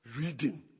reading